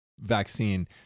vaccine